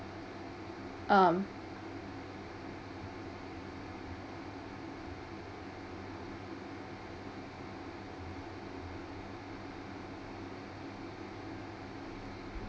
um